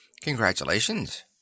Congratulations